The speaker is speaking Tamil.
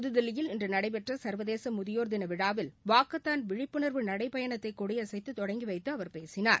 புதுதில்லியில் இன்று நடைபெற்ற சர்வதேச முதியோர் தின விழாவில் வாக்கத்தான் விழிப்புணர்வு நடைப் பயணத்தை கொடியசைத்து தொடங்கிவைத்து அவர் பேசினார்